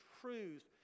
truths